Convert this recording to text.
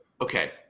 Okay